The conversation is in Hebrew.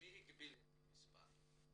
מי הגביל את המספר?